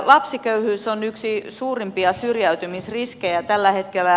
lapsiköyhyys on yksi suurimpia syrjäytymisriskejä tällä hetkellä